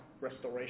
restoration